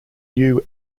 new